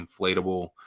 inflatable